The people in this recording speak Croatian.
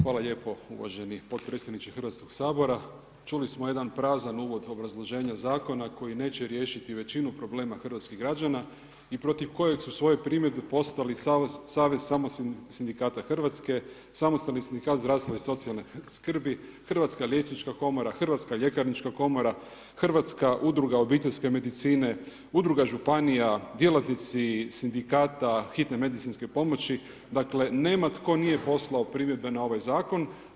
Hvala lijepo uvaženi potpredsjedniče Hrvatskog sabora, čuli smo jedan prazan uvod obrazloženje zakona, koji neće riješiti većinu problema hrvatskih građana i protiv kojeg su svoje primjedbe postali savez samostalnog sindikata Hrvatske, Samostalni sindikat zdravstvene socijalne skrbi, Hrvatska liječnička komora, Hrvatska ljekarništva komora, Hrvatska udruga obiteljske medicine udruga županija djelatnici sindikata hitne medicinske pomoći, dakle, nema tko nije poslao primjedbe na ovaj zakon.